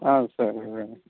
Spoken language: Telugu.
సార్ మేమే